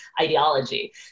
ideology